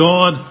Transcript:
God